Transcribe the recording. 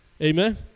Amen